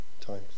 times